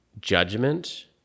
judgment